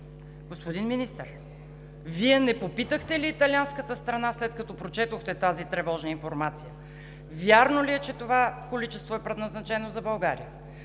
Господин Министър, Вие не попитахте ли италианската страна, след като прочетохте тази тревожна информация: вярно ли е, че това количество е предназначено за България;